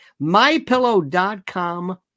mypillow.com